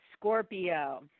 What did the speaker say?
Scorpio